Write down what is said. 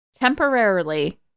temporarily